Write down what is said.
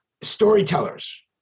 storytellers